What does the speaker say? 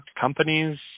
companies